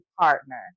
partner